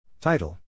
Title